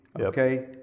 okay